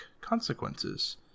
consequences